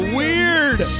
weird